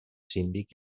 síndic